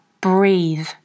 breathe